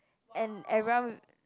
and everyone